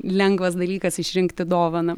lengvas dalykas išrinkti dovaną